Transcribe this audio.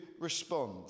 respond